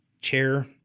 chair